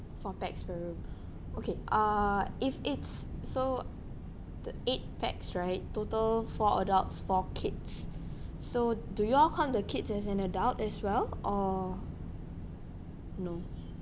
four pax per room okay uh if it's so the eight pax right total four adults four kids so do y'all count the kids as an adult as well or no